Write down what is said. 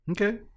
Okay